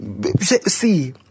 see